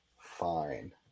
fine